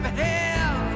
hell